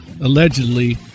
allegedly